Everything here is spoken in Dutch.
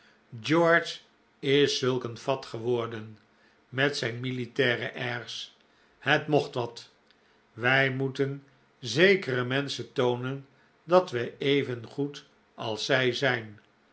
george is zulk een fat geworden met zijn militaire airs het mocht wat wij moeten zekere menschen toonen dat wij even goed als zij zijn